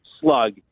slug